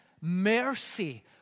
mercy